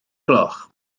gloch